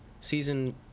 Season